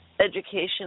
education